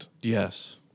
Yes